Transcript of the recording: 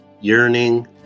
yearning